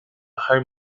home